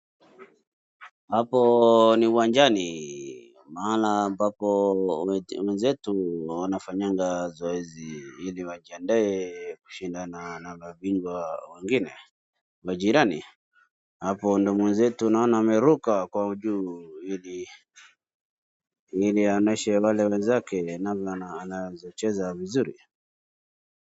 Hapo ni uwanjani mahala ambapo wenzetu wanafanya zoezi ili wajiandae kushindana na mabingwa wengine majirani. Hapo ndio mwenzetu naona ameruka kwa ujuu ili aonyeshe wale wenzake namna anaweza cheza vizuri.